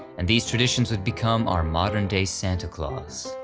and these traditions would become our modern-day santa claus.